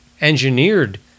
engineered